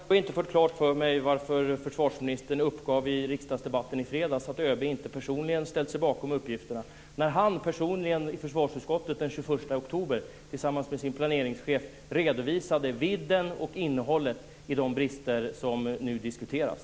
Fru talman! Jag har inte fått klart för mig varför försvarsministern uppgav i riksdagsdebatten i fredags att ÖB inte personligen ställt sig bakom uppgifterna, när han personligen i försvarsutskottet den 21 oktober tillsammans med sin planeringschef redovisade vidden och innehållet i de brister som nu diskuteras.